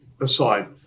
aside